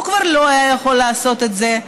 הוא כבר לא היה יכול לעשות את זה,